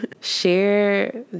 Share